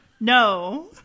No